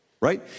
Right